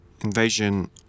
invasion